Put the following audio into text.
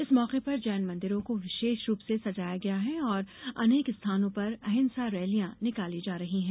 इस मौके पर जैन मंदिरों को विशेष रूप से सजाया गया है और अनेक स्थानों पर अहिंसा रैलियां निकाली जा रही हैं